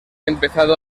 empezado